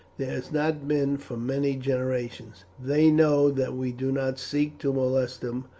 there has not been for many generations. they know that we do not seek to molest them,